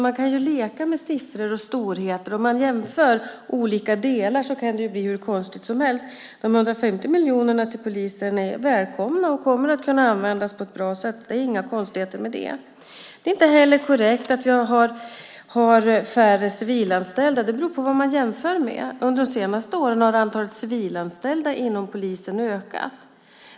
Man kan leka med siffror och storheter, men om man jämför olika delar kan det bli hur konstigt som helst. De 150 miljonerna till polisen är välkomna och kommer att kunna användas på ett bra sätt. Det är inga konstigheter med det. Inte heller är det korrekt att vi nu har färre civilanställda; det beror på vad man jämför med. Under de senaste åren har antalet civilanställda inom polisen ökat.